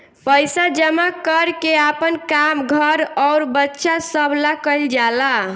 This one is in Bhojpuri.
पइसा जमा कर के आपन काम, घर अउर बच्चा सभ ला कइल जाला